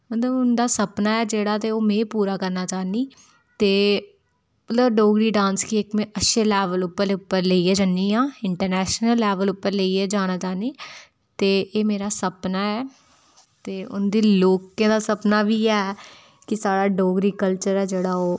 मतलव उं'दा सपना ऐ जेह्ड़ा ते ओह् मे पूरा करना चांह्न्नी ते मतलव डोगरी डांस गी इक मेें अच्छे लैवल उप्पर लेइयै जन्नी आं इंटरनैश्नल लैवल उप्पर लेइयै जाना चांह्न्नी ते एह् मेरा सपना ऐ ते उं'दे लोकें दा सपना बी ऐ कि साढ़ा डोगरी कल्चर ऐ जेह्ड़ा ओह्